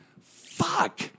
fuck